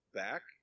back